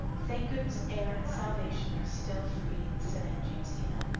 thank goodness air and salvation are still free, said aunt jamesina.